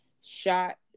shot